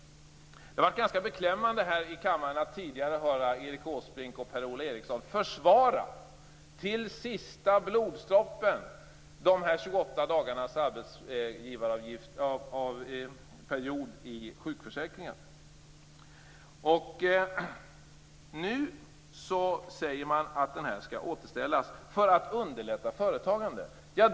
Det var beklämmande att här i kammaren tidigare höra Erik Åsbrink och Per-Ola Eriksson till sista bloddroppen försvara de 28 dagarnas arbetsgivarperiod i sjukförsäkringen. Nu säger man att det skall återställas "för att underlätta företagande".